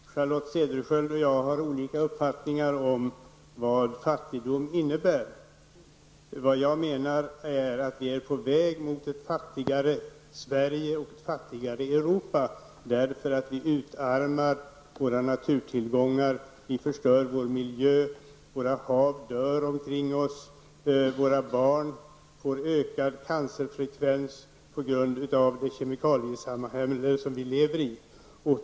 Fru talman! Charlotte Cederschiöld och jag har olika uppfattningar om vad fattigdom innebär. Vad jag menar är att vi är på väg mot ett fattigare Sverige och ett fattigare Europa därför att vi utarmar våra naturtillgångar, vi förstör vår miljö, våra hav dör omkring oss, våra barn får ökad cancerfrekvens på grund av det kemikaliesamhälle som vi lever i.